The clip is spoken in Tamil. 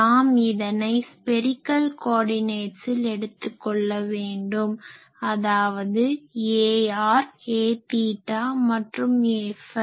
நாம் இதனை ஸ்பெரிகல் கோர்டினேட்ஸில் எடுத்துக்கொள்ள வேண்டும் அதாவது ar aθ மற்றும் aφ